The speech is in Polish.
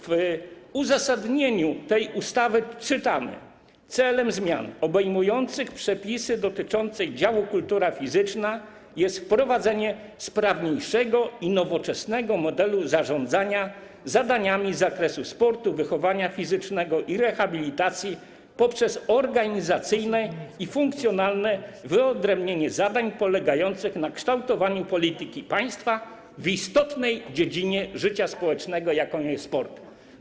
W uzasadnieniu tej ustawy czytamy: Celem zmian obejmujących przepisy dotyczące działu: Kultura fizyczna jest wprowadzenie sprawniejszego i nowoczesnego modelu zarządzania zadaniami z zakresu sportu, wychowania fizycznego i rehabilitacji poprzez organizacyjne i funkcjonalne wyodrębnienie zadań polegających na kształtowaniu polityki państwa w istotnej dziedzinie życia społecznego, jaką jest sport.